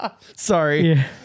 sorry